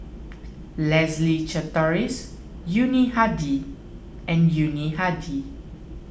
Leslie Charteris Yuni Hadi and Yuni Hadi